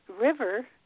river